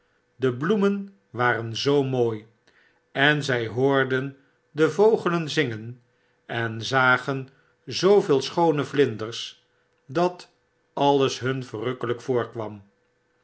de bloemen waren zoo mooi en zij oorden de vogelen zingen en zagen zooveel schoone vlinders dat alles hun verrukkelyk voorkwam